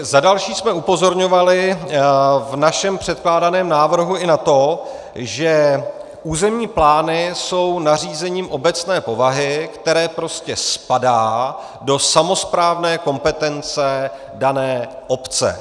Za další jsme upozorňovali v našem předkládaném návrhu i na to, že územní plány jsou nařízením obecné povahy, které prostě spadá do samosprávné kompetence dané obce.